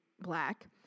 black